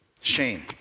Shame